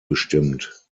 bestimmt